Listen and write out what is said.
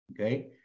Okay